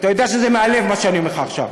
אתה יודע שזה מהלב מה שאני אומר לך עכשיו.